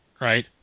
right